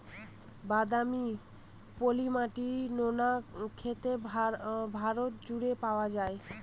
বাদামি, পলি মাটি, নোনা ক্ষেত ভারত জুড়ে পাওয়া যায়